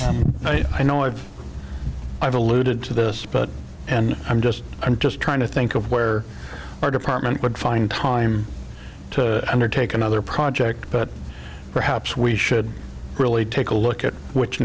spence i know i've i've alluded to this but and i'm just i'm just trying to think of where our department would find time to undertake another project but perhaps we should really take a look at which